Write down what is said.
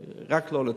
רק לא לתת.